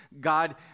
God